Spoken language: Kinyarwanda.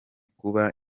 kuba